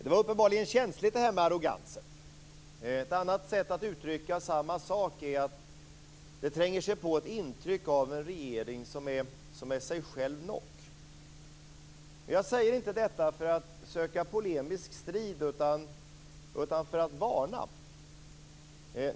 Det var uppenbarligen känsligt, det här med arrogansen. Ett annat sätt att uttrycka samma sak är att säga att ett intryck tränger sig på av en regering som är sig själv nog. Jag säger inte detta för att söka polemisk strid utan för att varna.